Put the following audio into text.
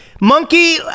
Monkey